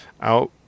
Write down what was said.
out